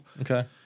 Okay